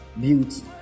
beauty